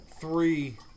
three